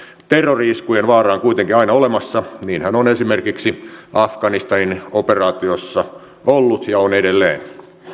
terrori iskujen vaara on kuitenkin aina olemassa niinhän on esimerkiksi afganistanin operaatiossa ollut ja on edelleen